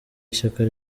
ishyaka